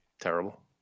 terrible